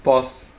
pause